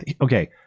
Okay